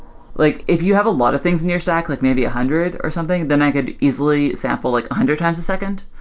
like if you have a lot of things in your stack, like maybe a hundred or something, then i could easily sample like a hundred times a second,